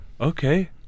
okay